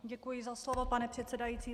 Děkuji za slovo, pane předsedající.